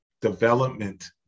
development